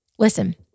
Listen